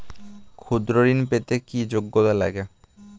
ক্ষুদ্র ঋণ পেতে কি যোগ্যতা লাগে?